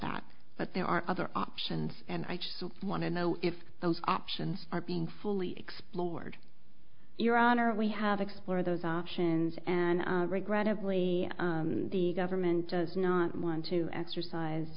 that but there are other options and i want to know if those options are being fully explored your honor we have explore those options and regrettably the government does not want to exercise